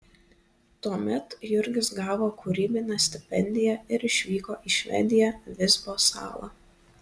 tuomet jurgis gavo kūrybinę stipendiją ir išvyko į švediją visbio salą